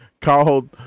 called